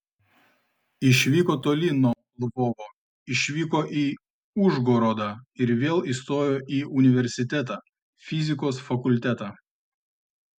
išvyko toli nuo lvovo išvyko į užgorodą ir vėl įstojo į universitetą fizikos fakultetą